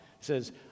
says